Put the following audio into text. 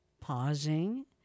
pausing